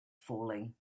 falling